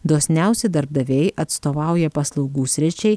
dosniausi darbdaviai atstovauja paslaugų sričiai